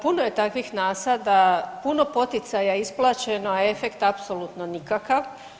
Puno je takvih nasada, puno poticaja isplaćeno, a efekt apsolutno nikakav.